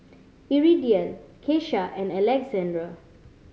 Iridian Kesha and Alexandr